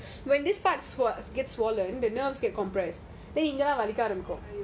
it hurts ah